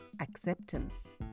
acceptance